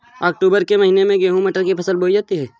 अक्टूबर के महीना में गेहूँ मटर की फसल बोई जाती है